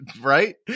right